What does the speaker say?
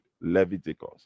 Leviticus